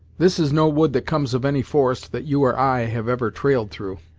this is no wood that comes of any forest that you or i have ever trailed through!